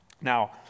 Now